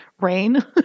rain